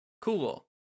Cool